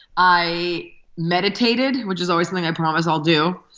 i meditated, which is always something i promise i'll do.